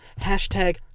hashtag